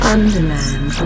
Underland